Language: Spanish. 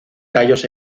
tallos